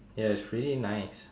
ya it's pretty nice